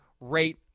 rate